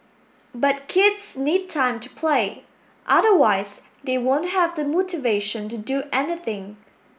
but kids need time to play otherwise they won't have the motivation to do anything